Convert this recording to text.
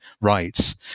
rights